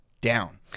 down